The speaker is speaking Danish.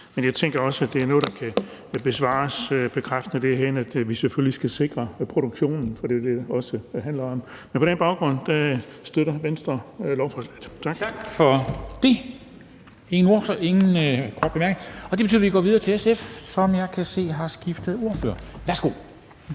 Men jeg tænker også, at det er noget, der kan besvares bekræftende, ved at vi herinde selvfølgelig skal sikre produktionen, for det er jo det, det også handler om. Men på den baggrund støtter Venstre lovforslaget. Tak. Kl. 13:32 Formanden (Henrik Dam Kristensen): Tak for det. Der er ingen korte bemærkninger. Det betyder, at vi går videre til SF, som jeg kan se har skiftet ordfører. Værsgo.